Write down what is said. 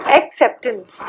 acceptance